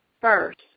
first